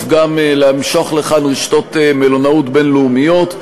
גם למשוך לכאן רשתות מלונאות בין-לאומיות,